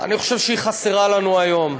אני חושב שהיא חסרה לנו היום.